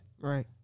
Right